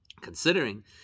Considering